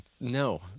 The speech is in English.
No